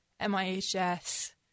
MIHS